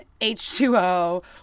H2O